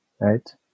right